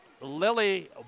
Lily